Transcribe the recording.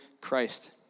Christ